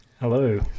Hello